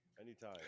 Anytime